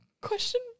Question